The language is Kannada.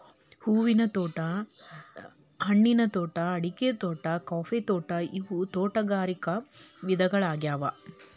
ಹೂವಿನ ತ್ವಾಟಾ, ಹಣ್ಣಿನ ತ್ವಾಟಾ, ಅಡಿಕಿ ತ್ವಾಟಾ, ಕಾಫಿ ತ್ವಾಟಾ ಇವು ತೋಟಗಾರಿಕ ವಿಧಗಳ್ಯಾಗ್ಯವು